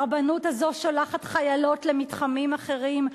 הרבנות הזאת שולחת חיילות למתחמים אחרים,